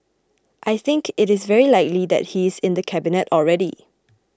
I think it is very likely that he is in the cabinet already